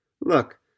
Look